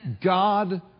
God